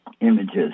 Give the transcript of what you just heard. images